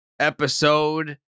episode